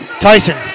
Tyson